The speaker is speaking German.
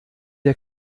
der